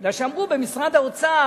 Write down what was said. מפני שאמרו במשרד האוצר: